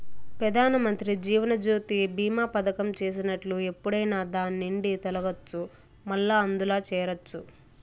పెదానమంత్రి జీవనజ్యోతి బీమా పదకం చేసినట్లు ఎప్పుడైనా దాన్నిండి తొలగచ్చు, మల్లా అందుల చేరచ్చు